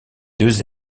deux